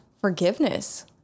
forgiveness